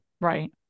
Right